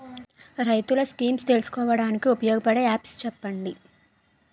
రైతులు స్కీమ్స్ తెలుసుకోవడానికి ఉపయోగపడే యాప్స్ చెప్పండి?